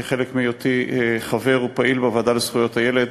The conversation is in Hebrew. כחלק מהיותי חבר פעיל בוועדה לזכויות הילד,